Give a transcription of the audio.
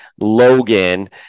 Logan